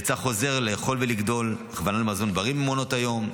יצא חוזר "לאכול ולגדול" הכוונה למזון בריא במעונות היום.